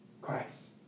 Christ